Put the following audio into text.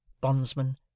bondsman